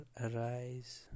Arise